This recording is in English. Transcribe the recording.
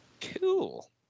cool